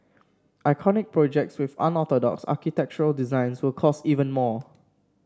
iconic projects with unorthodox architectural designs will cost even more